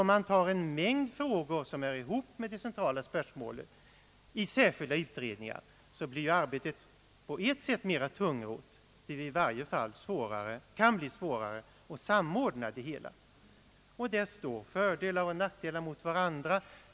Om man gör en mängd frågor som hör ihop med det centrala spörsmålet till föremål för särskilda utredningar så blir ju arbetet på ett sätt mera tungrott. I varje fall blir det svårare att samordna det hela. Här står fördelar och nackdelar mot varandra.